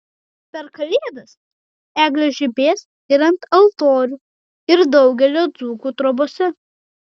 per kalėdas eglės žibės ir ant altorių ir daugelio dzūkų trobose